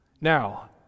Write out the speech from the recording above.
Now